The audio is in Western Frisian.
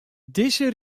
dizze